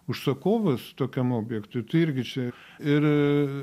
užsakovas tokiam objektui tai irgi čia ir